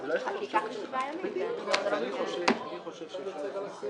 כדי שבאמת המוטב יידע שמי שהעביר לו את